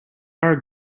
are